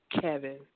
Kevin